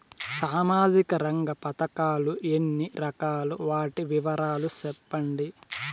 సామాజిక రంగ పథకాలు ఎన్ని రకాలు? వాటి వివరాలు సెప్పండి